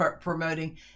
promoting